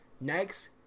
Next